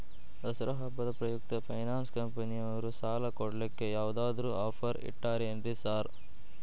ದಸರಾ ಹಬ್ಬದ ಪ್ರಯುಕ್ತ ಫೈನಾನ್ಸ್ ಕಂಪನಿಯವ್ರು ಸಾಲ ಕೊಡ್ಲಿಕ್ಕೆ ಯಾವದಾದ್ರು ಆಫರ್ ಇಟ್ಟಾರೆನ್ರಿ ಸಾರ್?